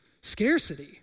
Scarcity